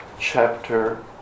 chapter